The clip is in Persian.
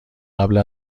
قبل